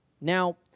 Now